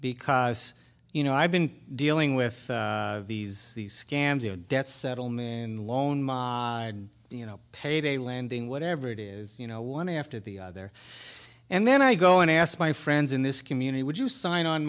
because you know i've been dealing with these these scams you know debt settlement and loan you know payday lending whatever it is you know one after the other and then i go and ask my friends in this community would you sign on